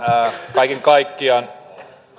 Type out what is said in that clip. kaiken kaikkiaan